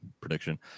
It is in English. prediction